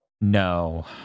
no